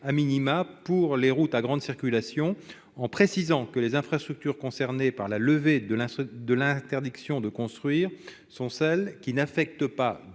pour les routes à grande circulation. Il tend à préciser que les infrastructures concernées par la levée de l'interdiction de construire sont celles qui n'affectent pas